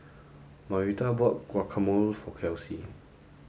Marita bought guacamole for Kelsea